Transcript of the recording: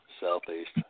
Southeast